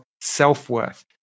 self-worth